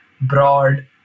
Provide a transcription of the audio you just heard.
Broad